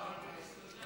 אבל במשרדי